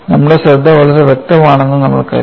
നമ്മുടെ ശ്രദ്ധ വളരെ വ്യക്തമാണെന്ന് നിങ്ങൾക്കറിയാം